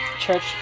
church